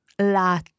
La